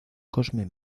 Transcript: cosme